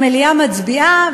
המליאה מצביעה,